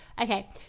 okay